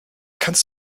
kannst